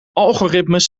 algoritmes